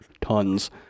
tons